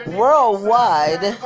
worldwide